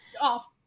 off